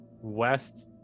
west